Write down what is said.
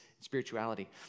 spirituality